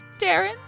Darren